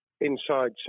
Inside